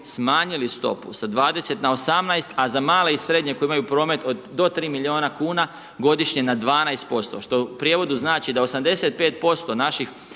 smanjili stopu sa 20 na 18, a za male i srednje koji imaju promet do 3 milijuna kuna godišnje, na 12%, što u prijevodu znači da 85% naših